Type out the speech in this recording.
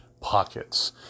pockets